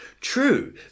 True